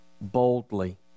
boldly